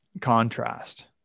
contrast